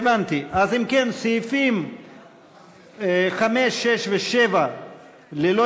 לסעיף 7 יהיו לך הסתייגויות?